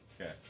Okay